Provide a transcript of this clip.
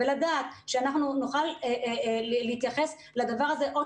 ולדעת שאנחנו נוכל להתייחס לדבר הזה עוד